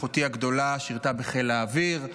אחותי הגדולה שירתה בחיל האוויר,